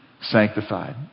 sanctified